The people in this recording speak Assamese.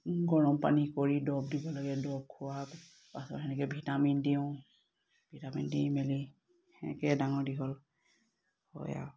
গৰম পানী কৰি দৰৱ দিব লাগে দৰৱ খোৱাৰ পাছত সেনেকে ভিটামিন দিওঁ ভিটামিন দি মেলি সেনেকে ডাঙৰ দীঘল হয় আৰু